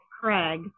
Craig